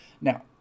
Now